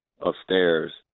upstairs